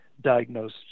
diagnosed